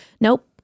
Nope